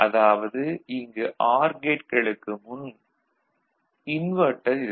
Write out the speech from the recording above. அதாவது இங்கு ஆர் கேட்களுக்கு முன்பு இன்வெர்ட்டர் இருக்கும்